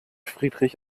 friedrich